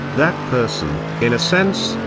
that person, in a sense,